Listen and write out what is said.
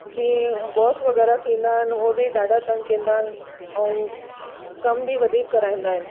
जीअं बॉस वग़ैरह थींदा आहिनि उहे बि ॾाढा तंग कंदा आहिनि ऐं कम बि वधीक कराईंदा आहिनि